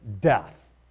death